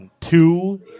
Two